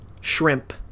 Shrimp